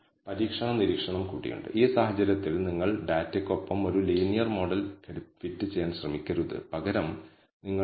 പൊതുവേ ഈ രണ്ട് പ്രസ്താവനകളും സമാന വ്യതിയാനങ്ങളോടെ വിതരണം ചെയ്യുന്ന എററുകകളെക്കുറിച്ചുള്ള അനുമാനങ്ങളെ ഒതുക്കമുള്ള രീതിയിൽ പ്രതിനിധീകരിക്കാൻ കഴിയും